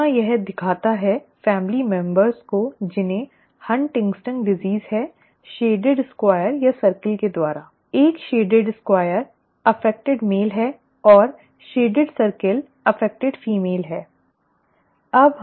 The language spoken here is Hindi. यहाँ यह दिखाता है परिवार के सदस्यों को जिन्हें हंटिंग्टन बीमारी Huntington's disease है शेडिंग स्क्वेयर या सर्कल के द्वारा ठीक है एक शेडेड स्क्वायर प्रभावित मेल है और शेडेड सर्कल प्रभावित फीमेल है ठीक है